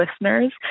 listeners